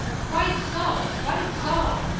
quite so! quite so!